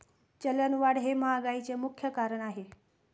चलनवाढ हे महागाईचे मुख्य कारण आहे